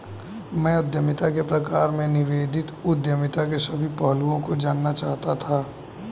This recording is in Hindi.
मैं उद्यमिता के प्रकार में नवोदित उद्यमिता के सभी पहलुओं को जानना चाहता था